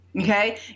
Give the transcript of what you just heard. Okay